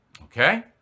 okay